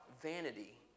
vanity